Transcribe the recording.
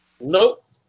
Nope